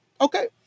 Okay